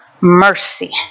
mercy